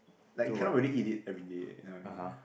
like you cannot really eat it everyday you know what I mean